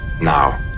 now